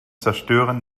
zerstören